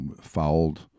fouled